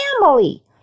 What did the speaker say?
family